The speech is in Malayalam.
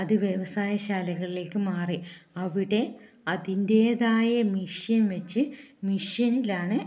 അത് വ്യവസായശാലകളിലേക്ക് മാറി അവിടെ അതിൻ്റേതായ മഷീൻ വെച്ച് മഷീനിലാണ്